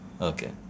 Okay